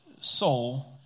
soul